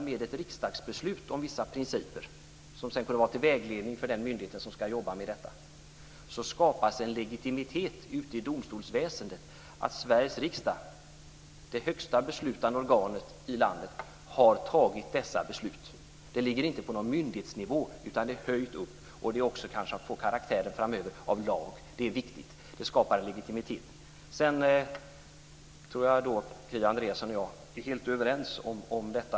Med ett riksdagsbeslut om vissa principer, som sedan kunde vara till vägledning för den myndighet som ska jobba med detta, skapas en legitimitet i Domstolsväsendet. Sveriges riksdag, det högsta beslutande organet i landet, har fattat dessa beslut. Det ligger inte på någon myndighetsnivå, utan det är upphöjt. Det kan också framöver få karaktären av lag. Det är viktigt. Det skapar legitimitet. Kia Andreasson och jag är helt överens om oljeutsläppen.